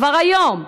כבר היום,